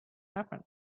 happen